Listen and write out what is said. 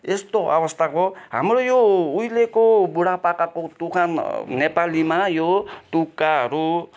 यस्तो अवस्थाको हाम्रो यो उहिलेको बुढापाकाको उखान नेपालीमा यो तुक्काहरू